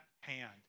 hand